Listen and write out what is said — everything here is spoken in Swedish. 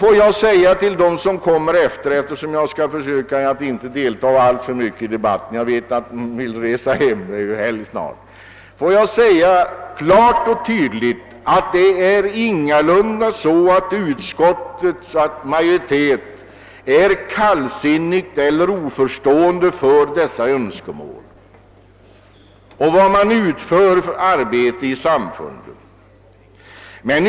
Jag skall försöka att inte delta ailtför mycket i denna debatt, eftersom jag förstår att kammarens ledamöter är angelägna om att få resa hem till helgen, men jag vill säga till de efterföljande talarna att utskottets majoritet ingalunda är kallsinnig eller oförstående inför dessa önskemål eller inför det arbete som utförs inom samfunden.